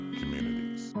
communities